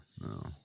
no